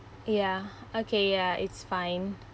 ya okay ya it's fine